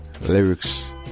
lyrics